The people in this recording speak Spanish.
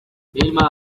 vilma